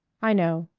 i know,